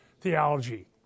theology